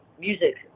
music